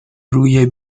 روی